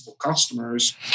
customers